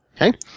Okay